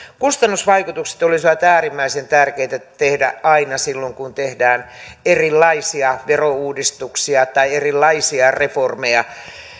kustannusvaikutukset olisivat äärimmäisen tärkeitä tehdä aina silloin kun tehdään erilaisia verouudistuksia tai erilaisia reformeja